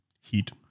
Heat